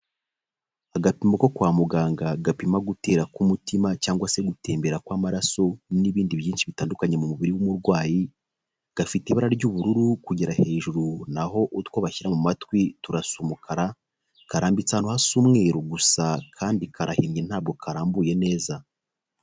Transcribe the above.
Agapimo ko kwa muganga gapima gutera k'umutima cyangwa se gutembera kw'amaraso n'ibindi byinshi bitandukanye mu mubiri w'umurwayi, gafite ibara ry'ubururu kugera hejuru n'aho utwo bashyira mu matwi turasu umukara, karambitse ahantu hasi h’umweru gusa kandi karahinnye ntabwo karambuye neza.